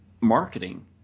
marketing